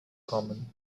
common